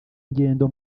ingendo